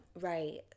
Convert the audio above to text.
Right